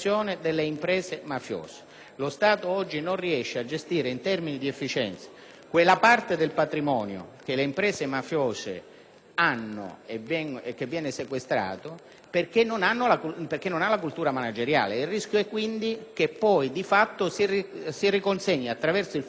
quella parte del patrimonio che le imprese mafiose hanno e che viene sequestrato perché non ha la cultura manageriale. Il rischio è che poi, di fatto, a causa del fallimento dell'impresa mafiosa, si riconsegni ai mafiosi stessi quella parte di lavoratori